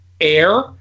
air